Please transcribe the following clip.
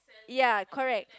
ya correct